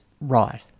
Right